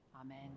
amen